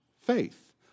faith